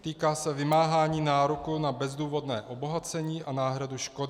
Týká se vymáhání nároku na bezdůvodné obohacení a náhradu škody.